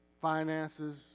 finances